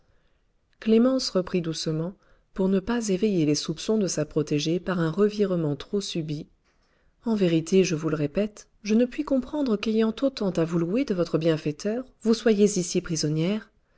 clémence reprit doucement pour ne pas éveiller les soupçons de sa protégée par un revirement trop subit en vérité je vous le répète je ne puis comprendre qu'ayant autant à vous louer de votre bienfaiteur vous soyez ici prisonnière